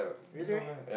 really